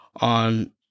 on